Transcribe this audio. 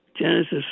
Genesis